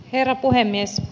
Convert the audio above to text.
herra puhemies